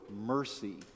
mercy